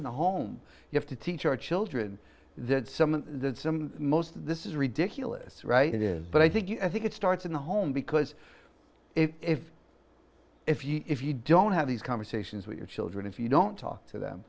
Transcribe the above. in the home you have to teach our children that some of the most this is ridiculous right it is but i think you think it starts in the home because if if you if you don't have these conversations with your children if you don't talk to them